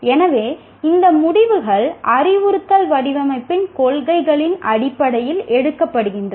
எனவே இந்த முடிவுகள் அறிவுறுத்தல் வடிவமைப்பின் கொள்கைகளின் அடிப்படையில் எடுக்கப்படுகின்றன